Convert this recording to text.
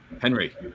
Henry